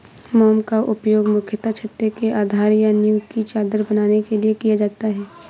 मोम का उपयोग मुख्यतः छत्ते के आधार या नीव की चादर बनाने के लिए किया जाता है